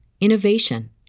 innovation